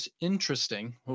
interesting